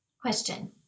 Question